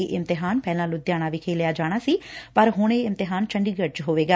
ਇਹ ਇਮਤਿਹਾਨ ਪਹਿਲਾਂ ਲੁਧਿਆਣਾ ਵਿਖੇ ਲਿਆ ਜਾਣਾ ਸੀ ਪਰ ਹੁਣ ਇਹ ਇਮਤਿਹਾਨ ਚੰਡੀਗੜ ਵਿਚ ਹੋਵੇਗਾ